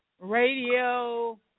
radio